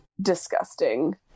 disgusting